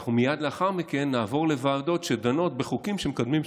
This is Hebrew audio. שאנחנו מייד לאחר מכן נעבור לוועדות שדנות בחוקים שמקדמים שחיתות.